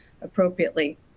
appropriately